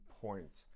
points